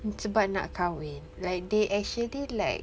sebab nak kahwin like they actually like